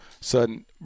sudden –